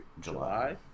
July